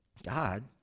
God